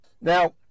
Now